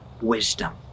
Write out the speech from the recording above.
wisdom